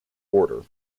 order